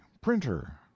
printer